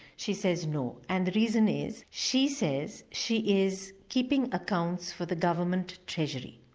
she says no, and the reason is she says she is keeping accounts for the government treasury.